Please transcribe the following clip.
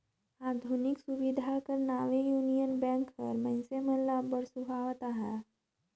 आधुनिक सुबिधा कर नावें युनियन बेंक हर मइनसे मन ल अब्बड़ सुहावत अहे